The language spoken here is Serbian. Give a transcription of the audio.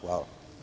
Hvala.